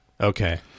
Okay